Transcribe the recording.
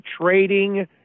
trading